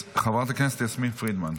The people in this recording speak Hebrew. חברת הכנסת יסמין פרידמן.